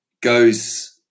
goes